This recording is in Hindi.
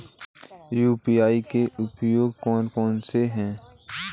यू.पी.आई के उपयोग कौन कौन से हैं?